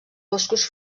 boscos